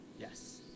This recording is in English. Yes